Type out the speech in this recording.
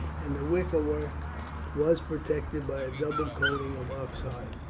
and the wicker work was protected by a double coating of ox hide.